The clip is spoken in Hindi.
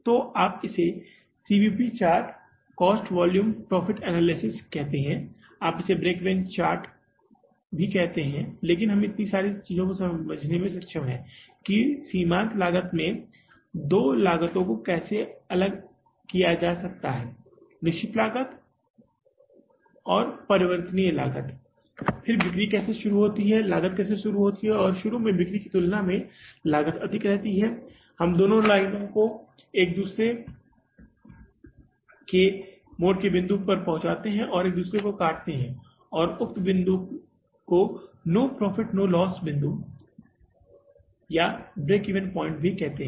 तो आप इसे CVP chart cost volume profit analysis कहते हैं आप इसे ब्रेक ईवन पॉइंट चार्ट भी कहते हैं लेकिन हम इतनी सारी चीजों को समझने में सक्षम हैं कि सीमांत लागत में दो लागतों को अलग कैसे किया जाता है निश्चित लागत और बड़ी परिवर्तनीय लागत फिर बिक्री कैसे शुरू होती है लागत कैसे शुरू होती है और शुरू में बिक्री की तुलना में लागत अधिक रहती है हम दो लाइनों के एक दूसरे के चौराहे के बिंदु पर पहुंचते हैं एक दूसरे को काटते हैं और उक्त बिंदु है नो प्रॉफिट या नो लॉस का बिंदु और हम इसे ब्रेक ईवन पॉइंट भी कहते हैं